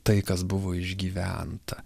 tai kas buvo išgyventa